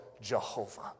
Jehovah